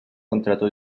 contrato